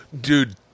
dude